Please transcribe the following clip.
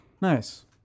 Nice